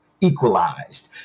equalized